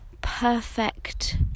perfect